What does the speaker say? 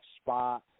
spot